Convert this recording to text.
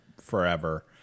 forever